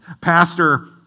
Pastor